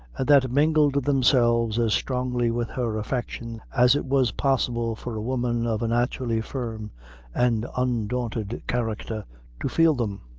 and that mingled themselves as strongly with her affections as it was possible for a woman of a naturally firm and undaunted character to feel them.